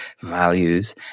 values